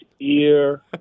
ear